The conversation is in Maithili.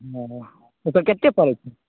ओकर केते पड़ै छै